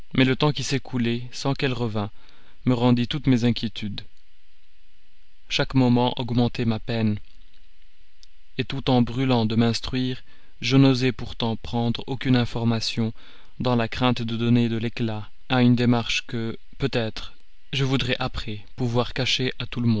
mais le temps qui s'écoulait sans qu'elle revînt me rendit toutes mes inquiétudes chaque moment augmentait ma peine tout en brûlant de m'instruire je n'osais pourtant prendre aucune information dans la crainte de donner de l'éclat à une démarche que peut-être je voudrais après pouvoir cacher à tout le